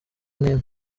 n’imwe